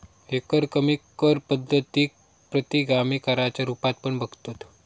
एकरकमी कर पद्धतीक प्रतिगामी कराच्या रुपात पण बघतत